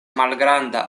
malgranda